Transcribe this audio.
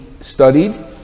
studied